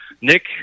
Nick